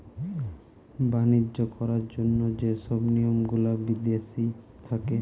বাণিজ্য করার জন্য যে সব নিয়ম গুলা বিদেশি থাকে